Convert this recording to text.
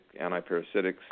antiparasitics